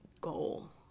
goal